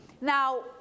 Now